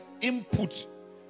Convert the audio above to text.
input